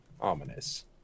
ominous